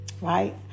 right